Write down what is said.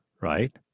Right